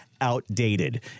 outdated